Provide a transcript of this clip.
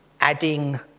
Adding